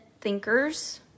thinkers